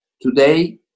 Today